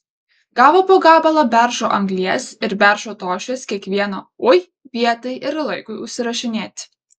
gavo po gabalą beržo anglies ir beržo tošies kiekvieno oi vietai ir laikui užsirašinėti